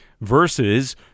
Versus